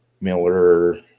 Miller